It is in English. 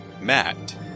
Matt